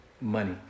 money